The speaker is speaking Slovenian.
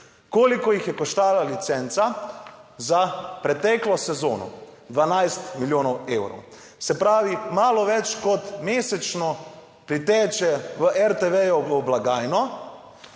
Koliko jih je koštala licenca za preteklo sezono? 12 milijonov evrov. Se pravi, malo več kot mesečno priteče v RTV blagajno,